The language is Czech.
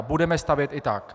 Budeme stavět i tak.